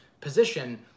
position